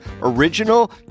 original